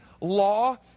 law